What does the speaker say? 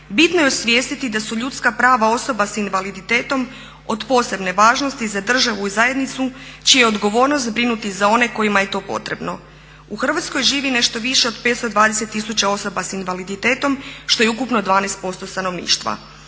Bitno je osvijestiti da su ljudska prava osoba sa invaliditetom od posebne važnosti za državu i zajednicu čija je odgovornost brinuti za one kojima je to potrebno. U Hrvatskoj živi nešto više od 520 000 osoba sa invaliditetom što je ukupno 12% stanovništva.